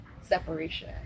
separation